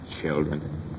children